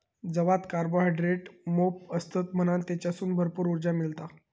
जवात कार्बोहायड्रेट मोप असतत म्हणान तेच्यासून भरपूर उर्जा मिळता